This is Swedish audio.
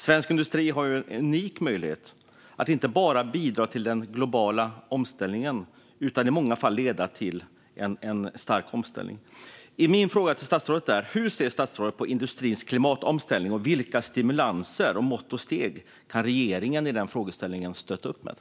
Svensk industri har en unik möjlighet att inte bara bidra till den globala omställningen utan också att i många fall leda till en stark omställning. Min fråga till statsrådet är: Hur ser statsrådet på industrins klimatomställning, och vilka stimulanser, mått och steg kan regeringen stötta upp med i denna frågeställning?